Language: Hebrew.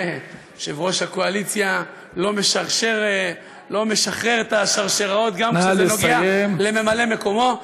יושב-ראש הקואליציה לא משחרר את השרשראות גם כשזה נוגע לממלא-מקומו.